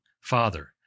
Father